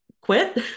quit